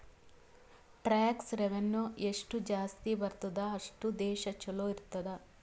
tax revenue ಎಷ್ಟು ಜಾಸ್ತಿ ಬರ್ತುದ್ ಅಷ್ಟು ದೇಶ ಛಲೋ ಇರ್ತುದ್